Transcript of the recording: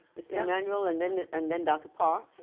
yeah emanuel, and then and then dr. parr.